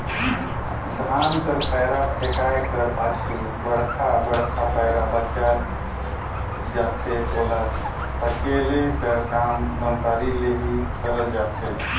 धान कर पैरा फेकाए कर पाछू बड़खा बड़खा पैरा बाएच जाथे ओला सकेले कर काम दँतारी ले ही करल जाथे